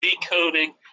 decoding